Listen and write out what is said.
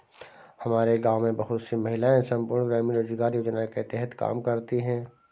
हमारे गांव में बहुत सी महिलाएं संपूर्ण ग्रामीण रोजगार योजना के तहत काम करती हैं